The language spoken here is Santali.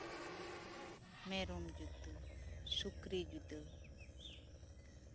ᱢᱮᱨᱚᱢ ᱡᱩᱫᱟᱹ ᱥᱩᱠᱨᱤ ᱡᱩᱫᱟᱹ